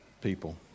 people